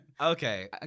Okay